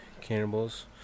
cannibals